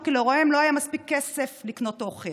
כי להוריהם לא היה מספיק כסף לקנות אוכל,